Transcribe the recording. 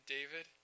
David